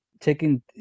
taking